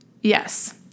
Yes